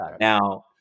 Now